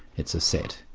it's a set.